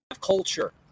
culture